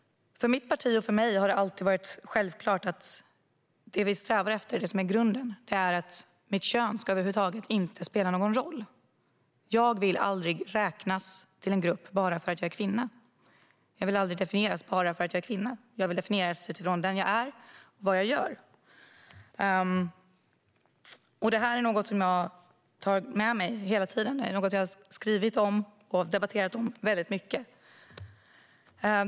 För mitt parti och för mig har det alltid varit självklart att grunden vi strävar efter är att mitt kön inte ska spela någon roll över huvud taget. Jag vill aldrig räknas till en grupp bara för att jag är kvinna. Jag vill aldrig bara definieras som kvinna. Jag vill definieras utifrån den jag är och vad jag gör. Det är något som jag tar med mig hela tiden. Jag har skrivit om det och debatterat det väldigt mycket.